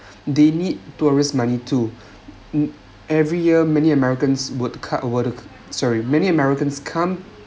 they need tourist money too um every year many americans would cut over the sorry many americans come